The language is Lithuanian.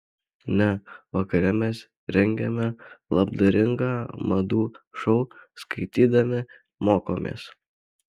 ne vakare mes rengiame labdaringą madų šou skaitydami mokomės